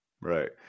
Right